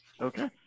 Okay